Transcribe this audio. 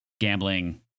gambling